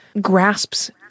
grasps